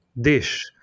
dish